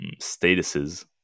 statuses